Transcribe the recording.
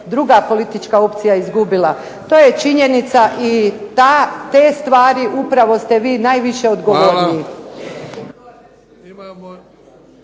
druga politička opcija izgubila. To je činjenica i te stvari upravo ste vi najviše odgovorni.